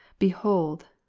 behold,